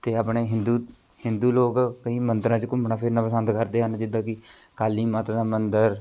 ਅਤੇ ਆਪਣੇ ਹਿੰਦੂ ਹਿੰਦੂ ਲੋਕ ਕਈ ਮੰਦਰਾਂ 'ਚ ਘੁੰਮਣਾ ਫਿਰਨਾ ਪਸੰਦ ਕਰਦੇ ਹਨ ਜਿੱਦਾਂ ਕਿ ਕਾਲੀ ਮਾਤਾ ਦਾ ਮੰਦਰ